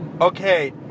Okay